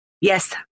Yes